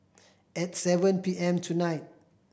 at seven P M tonight